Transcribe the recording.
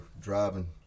driving